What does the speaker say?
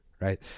Right